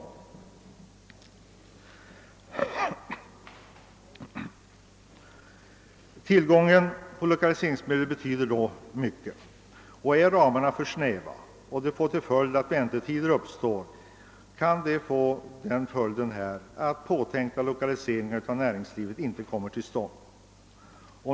a Tillgången på lokaliseringsmedel betyder då mycket. är ramarna för snäva och detta får till följd att väntetider uppstår, kan detta medföra att påtänkta lokaliseringar av näringslivet inte kommer till stånd.